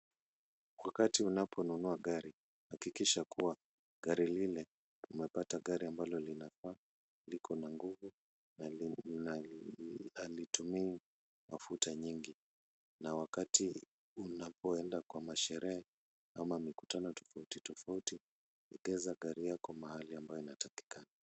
Wakati unaponunua gari hakikisha kuwa gari lile umepata gari ambalo linafaa, likona nguvu na halitumii mafuta nyingi. Na wakati unapoenda kwa masherehe ama mikutano tofauti tofauti egeza gari yako mahali ambayo inatakikana.